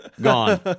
gone